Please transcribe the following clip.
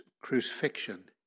crucifixion